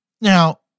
Now